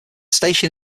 station